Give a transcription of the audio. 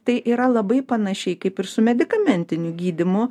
tai yra labai panašiai kaip ir su medikamentiniu gydymu